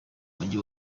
mujyi